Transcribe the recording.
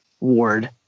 Ward